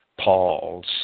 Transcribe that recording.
Paul's